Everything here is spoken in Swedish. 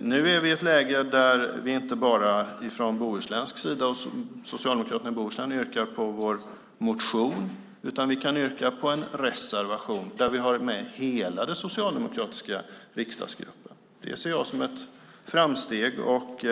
Nu är vi ett läge där det inte bara är socialdemokraterna i Bohuslän som yrkar bifall till vår motion, utan vi kan yrka bifall till en reservation och har hela den socialdemokratiska riksdagsgruppen med oss. Det ser jag som ett framsteg, och